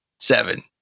Seven